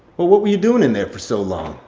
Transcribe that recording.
what were you doing in there for so long?